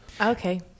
Okay